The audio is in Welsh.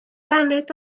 baned